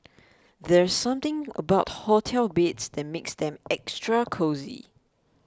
there's something about hotel beds that makes them extra cosy